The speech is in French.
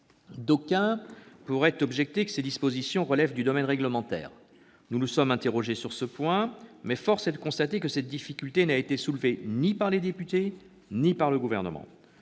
D'aucuns pourraient objecter que ses dispositions relèvent du domaine réglementaire. Nous nous sommes interrogés sur ce point, mais force est de constater que cette difficulté n'a été soulevée ni par les députés ni par le Gouvernement.